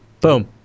Boom